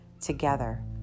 Together